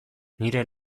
nire